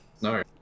No